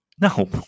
No